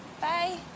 Bye